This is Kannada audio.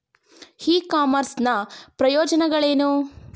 ಇ ಕಾಮರ್ಸ್ ನ ಪ್ರಯೋಜನಗಳೇನು?